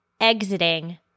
exiting